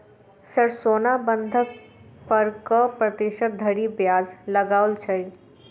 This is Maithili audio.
सर सोना बंधक पर कऽ प्रतिशत धरि ब्याज लगाओल छैय?